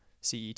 CET